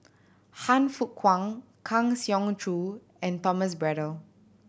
Han Fook Kwang Kang Siong Joo and Thomas Braddell